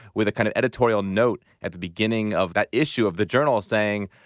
with a kind of editorial note at the beginning of that issue of the journal saying,